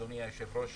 אדוני היושב-ראש,